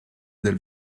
del